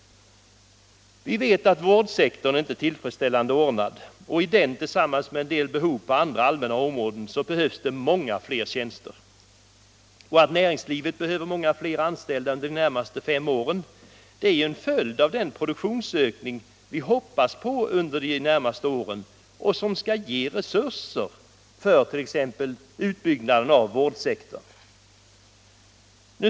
Vi vet att vårdsektorn inte är tillfredsställande ordnad. Inom den behövs det, liksom på en del andra allmänna områden, många fler tjänster. Att näringslivet behöver många fler anställda under de närmaste fem Allmänpolitisk debatt Allmänpolitisk debatt åren är ju en följd av den produktionsökning som vi hoppas på och som skall ge resurser för t.ex. utbyggnaden av vårdsektorn.